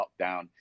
lockdown